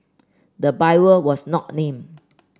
the buyer was not named